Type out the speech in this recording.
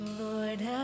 Lord